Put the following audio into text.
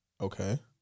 Okay